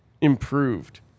improved